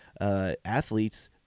Athletes